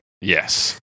Yes